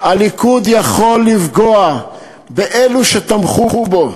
הליכוד יכול לפגוע באלו שתמכו בו,